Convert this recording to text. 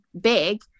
big